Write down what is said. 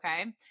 okay